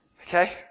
Okay